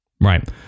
Right